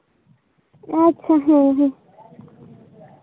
ᱟᱪᱪᱷᱟ ᱦᱮᱸ ᱦᱮᱸ